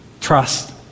trust